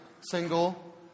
single